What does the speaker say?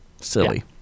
Silly